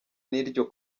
n’iryo